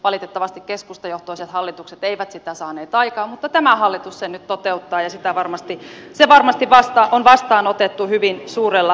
valitettavasti keskustajohtoiset hallitukset eivät sitä saaneet aikaan mutta tämä hallitus sen nyt toteuttaa ja se varmasti on vastaanotettu hyvin suurella tyytyväisyydellä